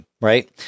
right